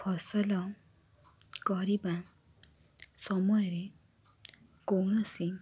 ଫସଲ କରିବା ସମୟରେ କୌଣସି